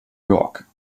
york